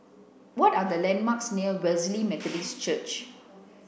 what are the landmarks near Wesley Methodist Church